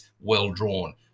well-drawn